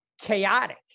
chaotic